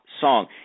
song